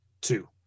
Two